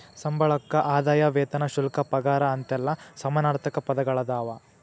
ಸಂಬಳಕ್ಕ ಆದಾಯ ವೇತನ ಶುಲ್ಕ ಪಗಾರ ಅಂತೆಲ್ಲಾ ಸಮಾನಾರ್ಥಕ ಪದಗಳದಾವ